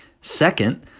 Second